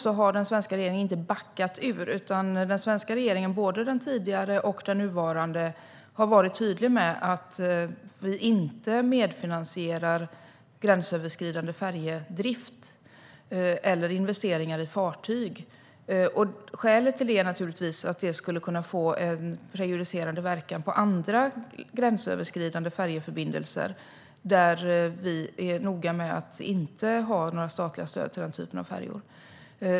Den svenska regeringen har inte backat ur, utan både den tidigare och den nuvarande regeringen har varit tydliga med att vi inte medfinansierar gränsöverskridande färjedrift eller investeringar i fartyg. Skälet är att det skulle kunna få en prejudicerande verkan på andra gränsöverskridande färjeförbindelser, där vi är noga med att inte ha några statliga stöd.